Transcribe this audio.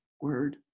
word